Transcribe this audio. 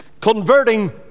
converting